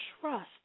trust